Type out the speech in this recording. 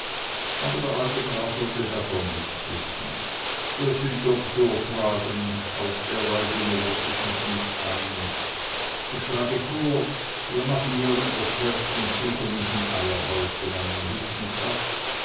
aber der alte graf wollte davon nichts wissen das sind doktorfragen auf derlei dinge laß ich mich nicht ein ich schlage vor wir machen lieber kehrt und suchen uns im eierhäuschen einen hübschen platz